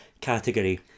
category